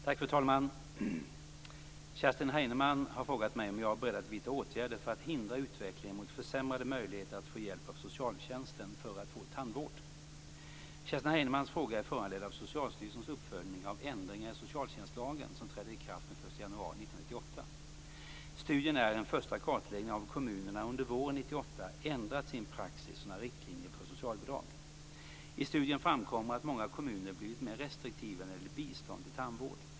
Fru talman! Kerstin Heinemann har frågat mig om jag är beredd att vidta åtgärder för att hindra utvecklingen mot försämrade möjligheter att få hjälp av socialtjänsten för att få tandvård. Kerstin Heinemanns fråga är föranledd av Socialstyrelsens uppföljning av ändringar i socialtjänstlagen som trädde i kraft den 1 januari 1998. Studien är en första kartläggning av hur kommunerna under våren 1998 ändrat sin praxis och sina riktlinjer för socialbidrag. I studien framkommer att många kommuner blivit mer restriktiva när det gäller bistånd till tandvård.